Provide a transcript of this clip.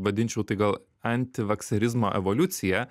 vadinčiau tai gal antivakserizmo evoliucija